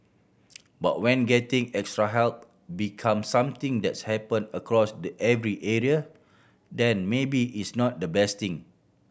but when getting extra help become something that's happen across the every area then maybe it's not the best thing